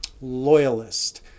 Loyalist